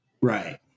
Right